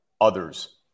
others